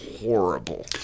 horrible